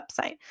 website